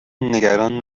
نگران